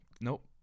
Nope